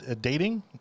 dating